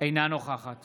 אינה נוכחת